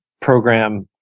program